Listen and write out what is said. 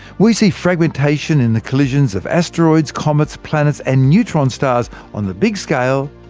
we see fragmentation in the collisions of asteroids, comets, planets and neutron stars on the big scale,